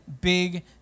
big